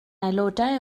aelodau